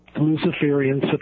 Luciferian